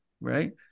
right